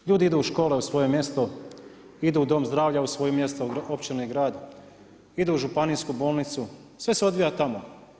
Ljudi idu u škole u svoje mjesto, idu u dom zdravlja u svoje mjesto, općinu i grad, idu u županijsku bolnicu, sve se odvija tamo.